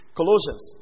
Colossians